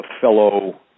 fellow